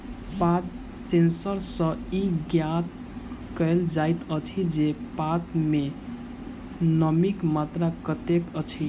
पात सेंसर सॅ ई ज्ञात कयल जाइत अछि जे पात मे नमीक मात्रा कतेक अछि